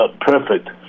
perfect